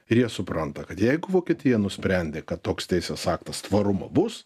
ir jie supranta kad jeigu vokietija nusprendė kad toks teisės aktas tvarumo bus